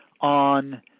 on